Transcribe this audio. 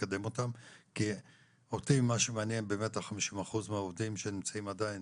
כי אותי מה שמעניין זה 50% מהעובדים שנמצאים עדיין